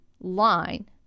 line